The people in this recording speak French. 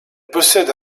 possède